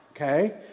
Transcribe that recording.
okay